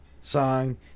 song